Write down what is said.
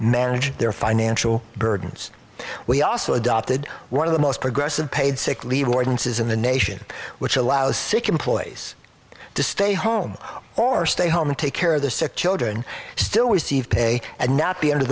manage their financial burdens we also adopted one of the most progressive paid sick leave ordinances in the nation which allows sick employees to stay home or stay home and take care of the sick children still receive pay and not be under